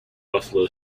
buffalo